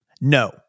No